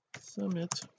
summit